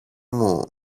μου